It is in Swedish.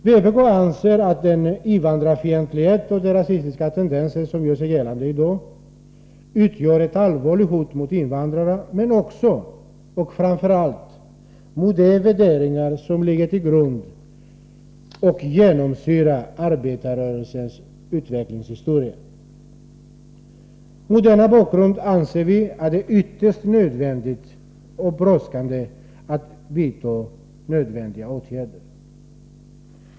Vpk anser att den invandrarfientlighet och de rasistiska tendenser som gör sig gällande i dag utgör ett allvarligt hot mot invandrarna men också och framför allt mot de värderingar som ligger till grund för och genomsyrar arbetarrörelsens utvecklingshistoria. Mot denna bakgrund anser vi att det är ytterst nödvändigt och brådskande att vidta nödvändiga åtgärder.